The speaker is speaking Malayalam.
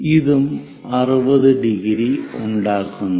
ഇതും 60⁰ ഉണ്ടാക്കുന്നു